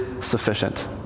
sufficient